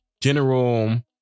general